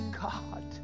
God